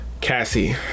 Cassie